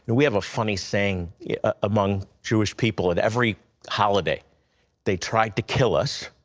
and we have a funny saying among jewish people at every holiday they tried to kill us,